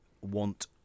want